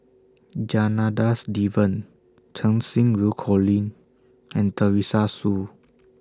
Janadas Devan Cheng Xinru Colin and Teresa Hsu